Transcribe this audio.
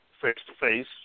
face-to-face